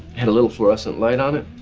had a little fluorescent light on it.